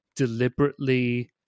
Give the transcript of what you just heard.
deliberately